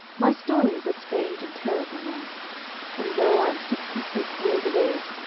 my story is a strange and terrible one and though i am sixty-six years of age,